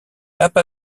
tape